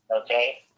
Okay